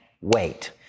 Wait